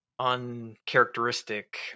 Uncharacteristic